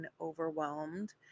overwhelmed